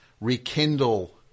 rekindle